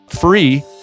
free